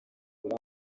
uyu